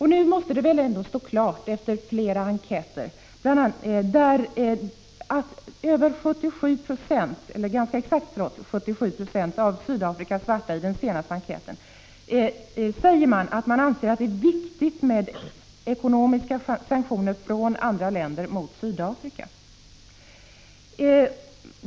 I den senaste enkäten sade 77 9o av Sydafrikas svarta att det är viktigt med ekonomiska sanktioner från andra länder mot Sydafrika.